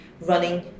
running